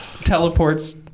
teleports